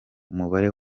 umubare